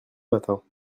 matins